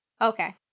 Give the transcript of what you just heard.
Okay